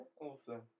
Awesome